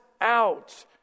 out